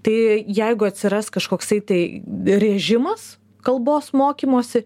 tai jeigu atsiras kažkoksai tai režimas kalbos mokymosi